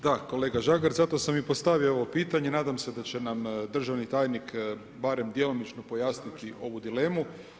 Da kolega Žagar zato sam i postavio ovo pitanje, nadam se da će nam državni tajnik barem djelomično pojasniti ovu dilemu.